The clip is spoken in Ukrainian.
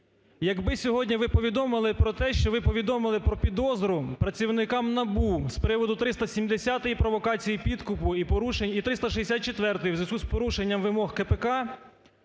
те. що ви повідомили про підозру працівникам НАБУ з приводу 370-ї "Провокація підкупу" і порушення… і 364-ї – у зв'язку з порушенням вимог КПК